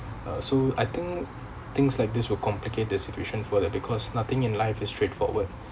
uh so I think things like this will complicate the situation further because nothing in life is straightforward